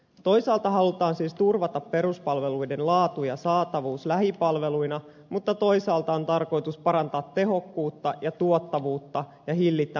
toisaalta halutaan siis turvata peruspalveluiden laatu ja saatavuus lähipalveluina mutta toisaalta on tarkoitus parantaa tehokkuutta ja tuottavuutta ja hillitä menojen kasvua